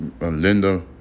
Linda